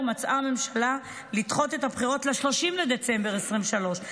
מצאה הממשלה לנכון לדחות את הבחירות ל-30 בדצמבר 2023,